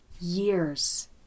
years